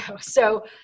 So-